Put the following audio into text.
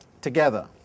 together